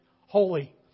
holy